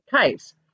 case